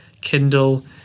Kindle